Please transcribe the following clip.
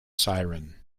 siren